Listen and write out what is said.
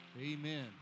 Amen